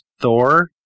Thor